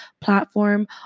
platform